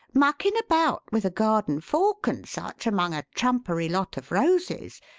muckin' about with a garden fork and such among a trumpery lot of roses,